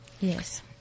Yes